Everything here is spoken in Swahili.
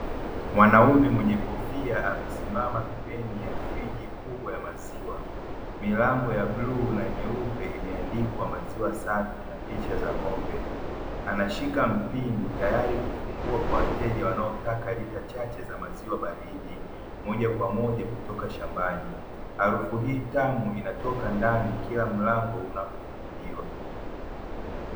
Mwanaume mwenye kofia amesimama pembeni ya friji kubwa ya maziwa, milango ya bluu na nyeupe imeandikwa maziwa safi na picha za ng'ombe anashika mpini tayari kufungua kwa wateja wanao taka Lita chache za maziwa baridi moja Kwa moja kutoka shambani harufu hii tamu inatoka ndani kila mlango unapofunguliwa.